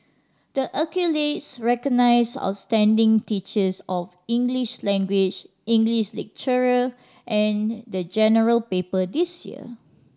the accolades recognise outstanding teachers of English language English literature and the General Paper this year